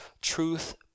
truth